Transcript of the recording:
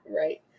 Right